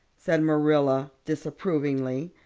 said marilla disapprovingly.